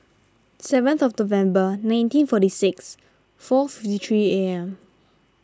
seventh of November nineteen forty six four fifty three A M